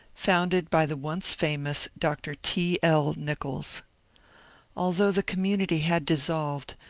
founded by the once famous dr. t. l. nichols although the community had dissolved,